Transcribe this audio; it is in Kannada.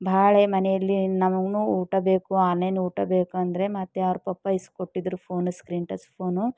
ಬಾಳೆ ಮನೇಲಿ ನನಗೂ ಊಟ ಬೇಕು ಆನ್ಲೈನ್ ಊಟ ಬೇಕು ಅಂದರೆ ಮತ್ತೆ ಅವ್ರು ಪಪ್ಪಾ ಇಸ್ಕೊಟ್ಟಿದ್ರು ಫೋನು ಸ್ಕ್ರೀನ್ ಟಚ್ ಫೋನು